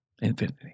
Infinity